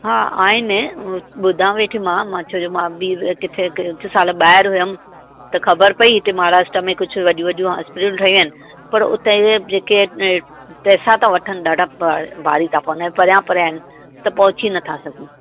हा आहिनि ॿुधा वेठी मां मां चयो जो मां ॿी किथे हिकु साल ॿाहिरि हुयमि त ख़बर पई हिते महाराष्ट्र में कुझु वॾियूं वॾियूं होस्पिटल ठही आहिनि पर उते जेके पेसा त वठन ॾाढा भारी था पवनि ऐं परियां परियां आहिनि त पहुची नथा सघूं